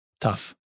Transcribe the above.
Tough